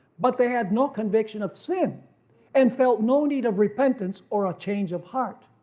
but they had no conviction of sin and felt no need of repentance or a change of heart.